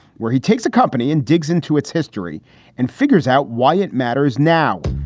where he takes a company and digs into its history and figures out why it matters now.